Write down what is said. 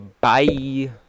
bye